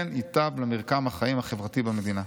כן ייטב למרקם החיים החברתי במדינה.